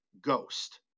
Ghost